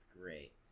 great